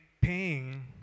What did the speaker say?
paying